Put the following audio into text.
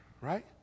right